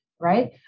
right